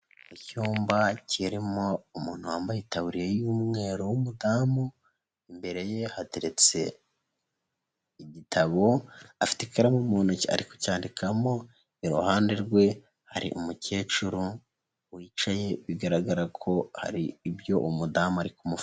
Icyumba kirimo umuntu wambaye itaburiya y'umweru w'umudamu, imbere ye hateretse igitabo, afite ikaramu mu ntoki ari kucyandikamo, iruhande rwe hari umukecuru wicaye, bigaragara ko hari ibyo umudamu ari kumufasha.